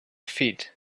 feet